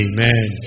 Amen